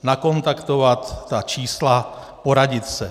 Nakontaktovat ta čísla, poradit se.